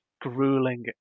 Grueling